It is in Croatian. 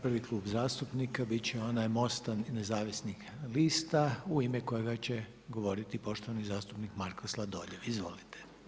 Prvi Klub zastupnika bit će onaj MOST-a nezavisnih lista u ime kojega će govoriti poštovani zastupnik Marko Sladoljev, izvolite.